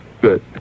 good